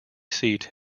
seat